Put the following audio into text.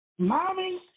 mommy